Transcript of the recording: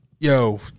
Yo